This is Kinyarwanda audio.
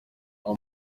uwo